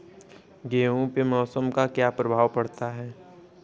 गेहूँ पे मौसम का क्या प्रभाव पड़ता है?